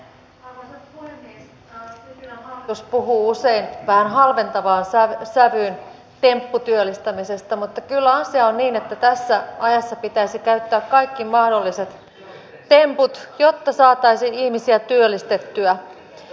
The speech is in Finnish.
sipilän hallitus puhuu usein vähän halventavaan sävyyn tempputyöllistämisestä mutta kyllä asia on niin että tässä ajassa pitäisi käyttää kaikki mahdolliset temput jotta saataisiin ihmisiä työllistettyä